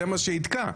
כי בסוף זה מה שיתקע.